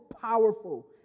powerful